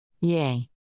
Yay